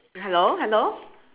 hello hello